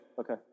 Okay